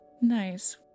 nice